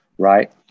right